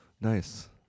Nice